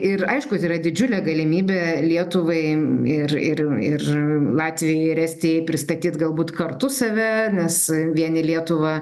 ir aišku tai yra didžiulė galimybė lietuvai ir ir ir latvijai ir estijai pristatyt galbūt kartu save nes vien į lietuvą